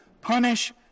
punish